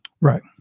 Right